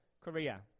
Korea